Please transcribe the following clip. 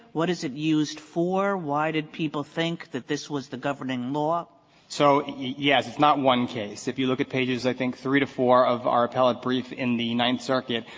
what is it used for? why did people think that this was the governing law? stris so, yes, it's not one case. if you look at pages i think three to four of our appellate brief in the ninth circuit,